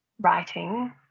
writing